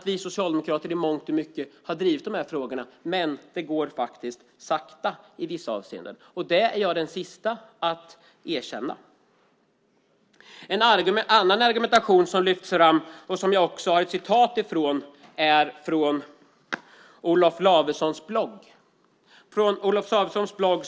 Vi socialdemokrater har ju drivit de här frågorna, men det går sakta i vissa avseenden. Det är jag den siste att erkänna. En annan argumentation som lyfts fram har jag hämtat från Olof Lavessons blogg.